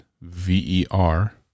V-E-R